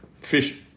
fish